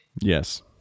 Yes